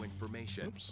information